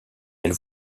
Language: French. elle